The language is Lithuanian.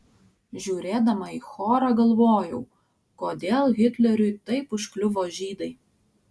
žiūrėdama į chorą galvojau kodėl hitleriui taip užkliuvo žydai